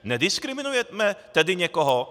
Nediskriminujeme tedy někoho?